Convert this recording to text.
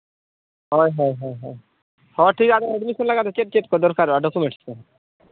ᱦᱳᱭ ᱦᱳᱭ ᱦᱳᱭ ᱦᱚᱸ ᱴᱷᱤᱠ ᱜᱮᱭᱟ ᱮᱰᱢᱤᱥᱚᱱ ᱞᱟᱜᱟᱜ ᱢᱮ ᱪᱮᱫ ᱪᱮᱫ ᱠᱚ ᱫᱚᱨᱠᱟᱨᱚᱜᱼᱟ ᱰᱚᱠᱩᱢᱮᱱᱴᱥ ᱠᱚ